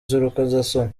z’urukozasoni